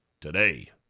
today